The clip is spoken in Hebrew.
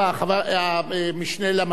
המשנה למזכירה,